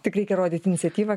tik reikia rodyt iniciatyvą